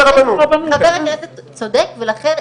חבר הכנסת צודק ולכן,